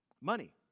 money